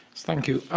thank you.